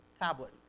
tablet